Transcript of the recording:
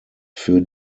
für